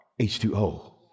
H2O